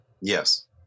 Yes